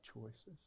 choices